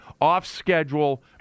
off-schedule